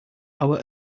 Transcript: our